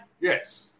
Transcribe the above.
Yes